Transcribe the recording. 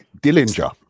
Dillinger